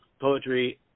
Poetry